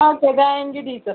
okay thank you teacher